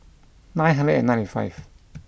nine hundred and ninety five